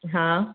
हा